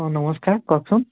অ নমস্কাৰ কওকচোন